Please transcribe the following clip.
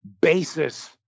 basis